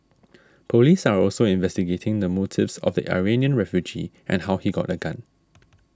police are also investigating the motives of the Iranian refugee and how he got a gun